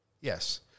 Yes